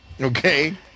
Okay